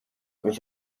mich